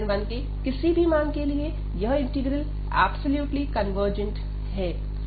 p1 के किसी भी मान के लिए यह इंटीग्रल ऐब्सोल्युटली कनवर्जेंट है